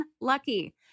lucky